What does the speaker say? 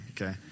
Okay